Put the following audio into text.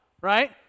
right